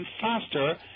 faster